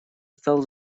стал